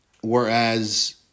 whereas